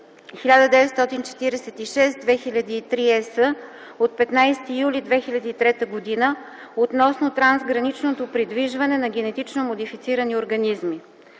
1946/2003/ЕС от 15 юли 2003 г. относно трансграничното придвижване на генетично модифицирани организми;